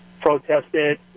protested